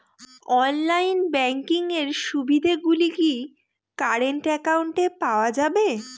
Online banking এর সুবিধে গুলি কি কারেন্ট অ্যাকাউন্টে পাওয়া যাবে?